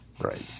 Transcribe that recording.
Right